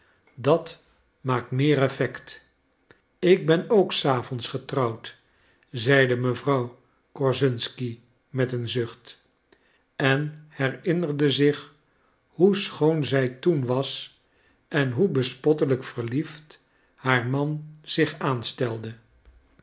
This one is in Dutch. dat maakt meer effect ik ben ook s avonds getrouwd zeide mevrouw korsunsky met een zucht en herinnerde zich hoe schoon zij toen was en hoe bespottelijk verliefd haar man zich aanstelde